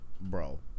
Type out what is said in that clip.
bro